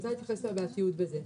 אני רוצה להתייחס לבעייתיות בזה.